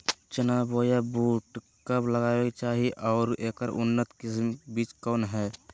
चना बोया बुट कब लगावे के चाही और ऐकर उन्नत किस्म के बिज कौन है?